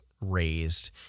raised